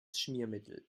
schmiermittel